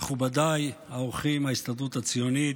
מכובדיי האורחים מההסתדרות הציונית,